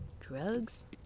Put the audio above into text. drugs